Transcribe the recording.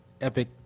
Epic